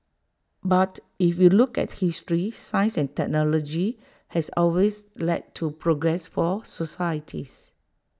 but if you look at history science and technology has always led to progress for societies